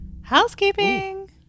Housekeeping